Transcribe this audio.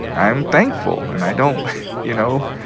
i'm thankful, and i don't you know?